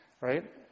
right